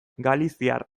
galiziar